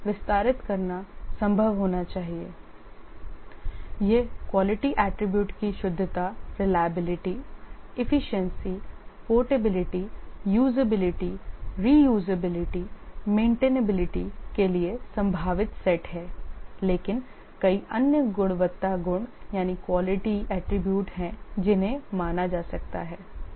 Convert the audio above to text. इसे विस्तारित करना संभव होना चाहिए ये क्वालिटी एट्रिब्यूट की शुद्धता reliability efficiency portability usability reusability maintainability के लिए संभावित सेट हैं लेकिन कई अन्य क्वालिटी एट्रिब्यूट हैं जिन्हें माना जा सकता है